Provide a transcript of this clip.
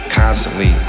constantly